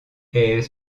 est